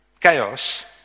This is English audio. chaos